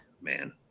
man